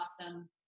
awesome